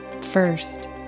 First